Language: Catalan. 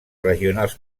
regionals